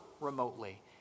remotely